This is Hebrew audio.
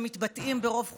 שמתבטאים ברוב חוצפתם,